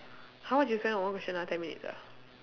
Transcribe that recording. how much you spend on one question ah ten minutes ah